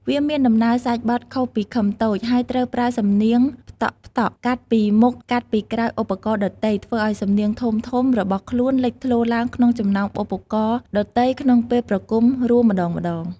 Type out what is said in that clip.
វាមានដំណើរសាច់បទខុសពីឃឹមតូច ហើយត្រូវប្រើសំនៀងផ្ដក់ៗកាត់ពីមុខកាត់ពីក្រោយឧបករណ៍ដទៃ ធ្វើឲ្យសំនៀងធំៗរបស់ខ្លួនលេចធ្លោឡើងក្នុងចំណោមឧបករណ៍ដទៃក្នុងពេលប្រគំរួមម្ដងៗ។